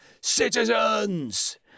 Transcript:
citizens